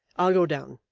i'll go down.